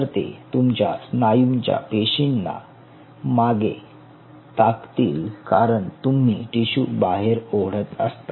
तर ते तुमच्या स्नायूंच्या पेशींना मागे टाकतील कारण तुम्ही टिशू बाहेर ओढत असता